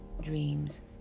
dreams